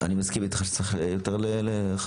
אני מסכים איתך שצריך יותר לחדד.